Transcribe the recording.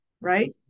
right